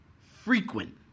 frequent